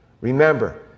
remember